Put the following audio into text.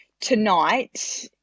tonight